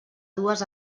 dues